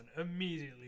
immediately